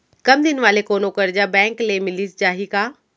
कम दिन वाले कोनो करजा बैंक ले मिलिस जाही का?